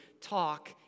Talk